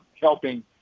helping